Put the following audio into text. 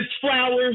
flowers